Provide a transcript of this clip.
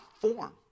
form